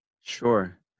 Sure